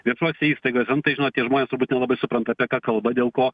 viešose įstaigose nu tai žinot tie žmonės turbūt nelabai supranta apie ką kalba dėl ko